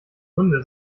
gründe